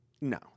No